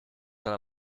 dann